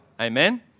amen